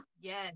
Yes